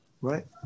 right